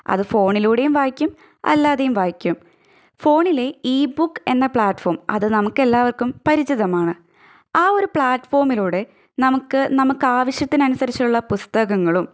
അത് ഫോണിലൂടെയും വായിക്കും അല്ലാതെയും വായിക്കും ഫോണിലെ ഈ ബുക്ക് എന്ന പ്ലാറ്റ് ഫോം അത് നമുക്കെല്ലാവർക്കും പരിചിതമാണ് ആ ഒരു പ്ലാറ്റ്ഫോമിലൂടെ നമുക്ക് നമുക്ക് ആവശ്യത്തിനനുസരിച്ചുള്ള പുസ്തകങ്ങളും